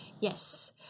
Yes